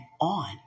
on